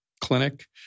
clinic